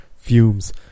Fumes